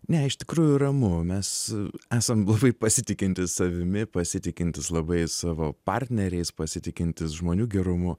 ne iš tikrųjų ramu mes esam labai pasitikintys savimi pasitikintys labai savo partneriais pasitikintys žmonių gerumu